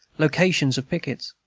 locations of pickets.